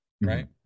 right